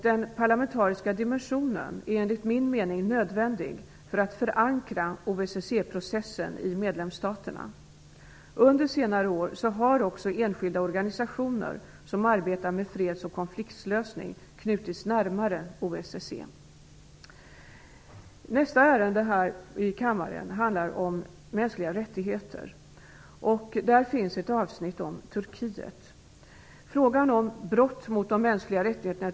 Den parlamentariska dimensionen är enligt min mening nödvändig för att förankra OSSE-processen i medlemsstaterna. Under senare år har enskilda organisationer som arbetar med fredsoch konfliktlösning knutits närmare OSSE. Nästa ärende här i kammaren handlar om mänskliga rättigheter. Där finns det ett avsnitt om Turkiet.